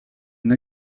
une